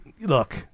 look